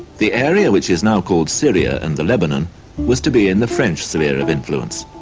the area which is now called syria and the lebanon was to be in the french sphere of influence.